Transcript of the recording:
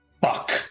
Fuck